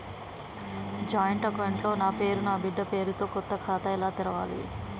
Joint account లో నా పేరు నా బిడ్డే పేరు తో కొత్త ఖాతా ఎలా తెరవాలి?